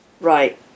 Right